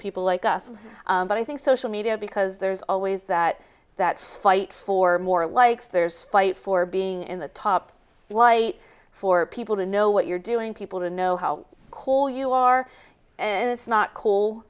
people like us but i think social media because there's always that that fight for more likes there's fight for being in the top why for people to know what you're doing people to know how cool you are and it's not cool